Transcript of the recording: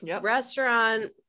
restaurant